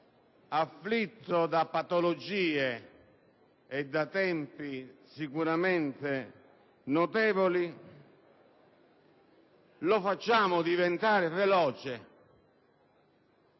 afflitto da patologie e da tempi sicuramente notevoli lo facciamo diventare veloce,